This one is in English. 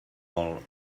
all